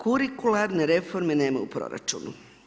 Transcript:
Kurikularne reforme nema u proračunu.